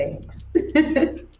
thanks